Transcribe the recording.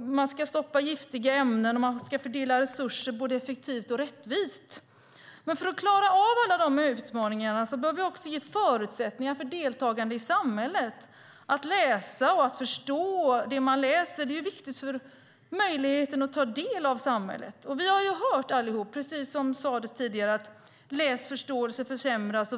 Man ska stoppa giftiga ämnen och fördela resurser både effektivt och rättvist. För att klara av alla de utmaningarna behöver vi också ge förutsättningar för deltagande i samhället. Att läsa och förstå det man läser är viktigt för möjligheten att kunna delta i samhället. Vi har hört allihop, precis som sades tidigare, att läsförståelsen försämras.